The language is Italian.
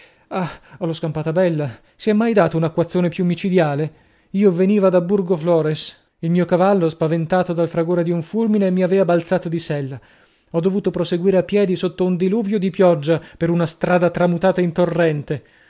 ah l'ho scampata bella si è mai dato un acquazzone più micidiale io veniva da borgoflores il mio cavallo spaventato dal fragore di un fulmine mi avea balzato di sella ho dovuto proseguire a piedi sotto un diluvio dì pioggia per una strada tramutata in torrente